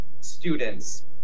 students